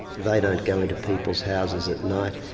they don't go into people's houses at night.